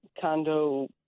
condo